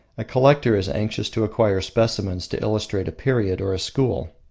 a collector is anxious to acquire specimens to illustrate a period or a school,